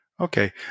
okay